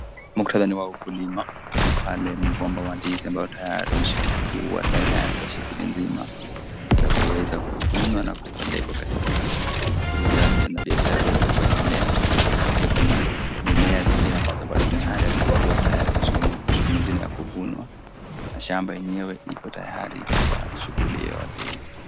Muktadha ni wa ukulima, na kuna pale mgomba wa ndizi ambao tayari ushakuwa tayari kwa shughuli nzima za kuweza kuvunwa na kupelekwa katika uuzaji au biashara za kuendelea. Pia kuna mimea zingine ambazo tayari hazijakuwa tayari kwa shughuli nzima za kuvunwa na shamba yenyewe iko tayari kwa shughuli yote Ile.